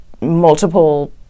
multiple